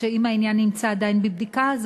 אם העניין נמצא עדיין בבדיקה,